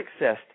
accessed